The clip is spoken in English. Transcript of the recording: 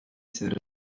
setup